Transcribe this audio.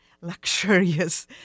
luxurious